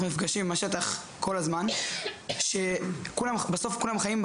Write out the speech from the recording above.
כל הזמן, כפי שאנחנו שומעים כאן